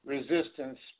Resistance